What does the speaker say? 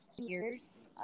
years